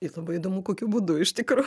ir labai įdomu kokiu būdu iš tikro